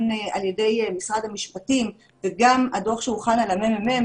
על ידי משרד המשפטים וגם הדוח שהוכן על ידי הממ"מ,